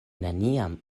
neniam